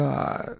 God